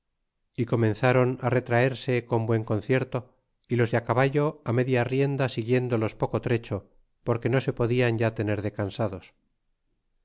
y comenzron retraerse con buen concierto y los de caballo media rienda siguiéndolos poco trecho porque no se podian ya tener de cansados